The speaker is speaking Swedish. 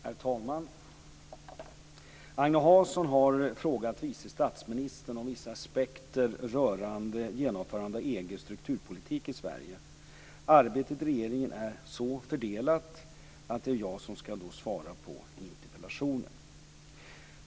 Herr talman! Agne Hansson har frågat vice statsministern om vissa aspekter rörande genomförandet av EG:s strukturpolitik i Sverige. Arbetet i regeringen är så fördelat att det är jag som skall svara på interpellationen.